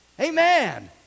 Amen